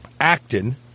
actin